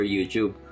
YouTube